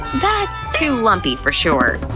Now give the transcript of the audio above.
that's too lumpy, for sure.